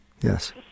Yes